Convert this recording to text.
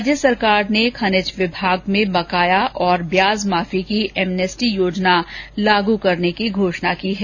राज्य सरकार ने खनिज विभाग में बकाया और ब्याज माफी की एमनेस्टी योजना लागू करने की घोषणा की है